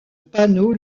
panot